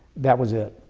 that was it.